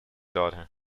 daughter